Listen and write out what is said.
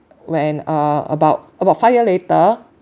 when uh about about five year later